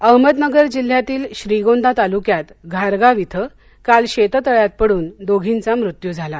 अहमदनगर अहमदनगर जिल्ह्यातील श्रीगोंदा तालुक्यात घारगाव इथं काल शेततळ्यात पडून दोघींचा मृत्यू झाला